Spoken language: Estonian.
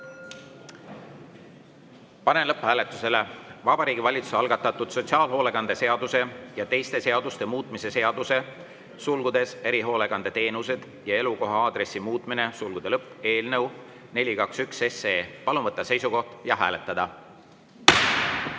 Panen lõpphääletusele Vabariigi Valitsuse algatatud sotsiaalhoolekande seaduse ja teiste seaduste muutmise seaduse (erihoolekandeteenused ja elukoha aadressi muutmine) eelnõu 421. Palun võtta seisukoht ja hääletada!